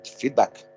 feedback